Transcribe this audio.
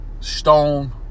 stone